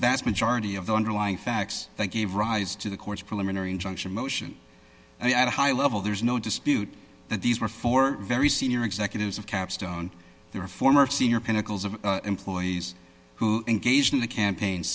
vast majority of the underlying facts that gave rise to the court's preliminary injunction motion and at high level there's no dispute that these were for very senior executives of capstone their former senior pinnacles of employees who engaged in the campaign